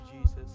Jesus